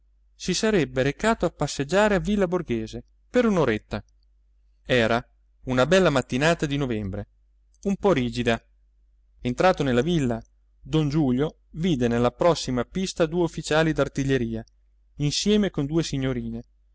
si sarebbe recato a passeggiare a villa borghese per un'oretta era una bella mattinata di novembre un po rigida entrato nella villa don giulio vide nella prossima pista due ufficiali d'artiglieria insieme con due signorine